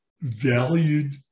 valued